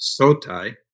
Sotai